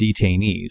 detainees